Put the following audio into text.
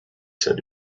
said